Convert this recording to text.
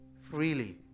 freely